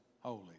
holy